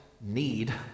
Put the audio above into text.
need